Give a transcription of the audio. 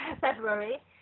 february